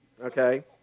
okay